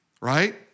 right